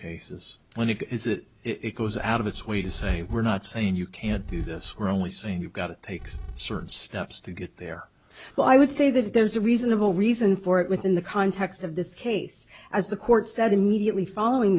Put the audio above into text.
cases when it is that it goes out of its way to say we're not saying you can't do this we're only saying you've got it takes sort of steps to get there but i would say that if there's a reasonable reason for it within the context of this case as the court said immediately following